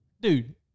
Dude